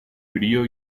frío